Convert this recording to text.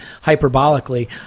hyperbolically